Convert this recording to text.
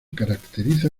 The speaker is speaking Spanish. caracteriza